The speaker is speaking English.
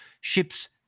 ship's